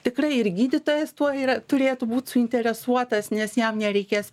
tikrai ir gydytojas tuo yra turėtų būt suinteresuotas nes jam nereikės